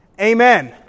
Amen